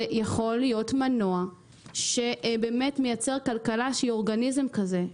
זה יכול להיות מנוע שמייצר כלכלה שהיא אורגניזם כזה,